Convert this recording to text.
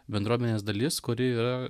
bendruomenės dalis kuri yra